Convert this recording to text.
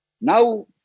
Now